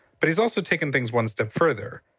but he's also taken things one step further.